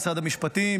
משרד המשפטים,